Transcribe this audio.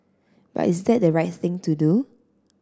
but is that the right thing to do